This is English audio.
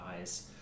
eyes